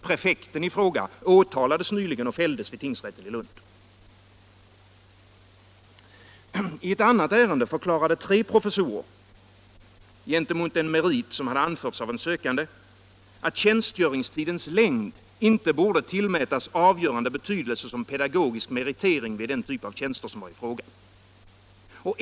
Prefekten i fråga åtalades nyligen och fälldes vid tingsrätten i Lund. I ett annat ärende förklarade tre professorer — gentemot en merit som hade anförts av en sökande — att tjänstgöringstidens längd inte borde tillmätas avgörande betydelse som pedagogisk meritering vid den typ av tjänster som var i fråga.